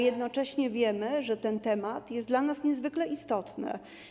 Jednocześnie wiemy, że ten temat jest dla nas niezwykle istotny.